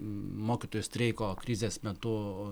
mokytojų streiko krizės metu